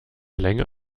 länger